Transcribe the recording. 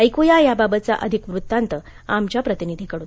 ऐक्या याबाबत अधिक वृत्तांत आमच्या प्रतिनिधीकडून